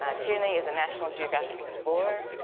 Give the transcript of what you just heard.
ah tierney is a national geographic explorer,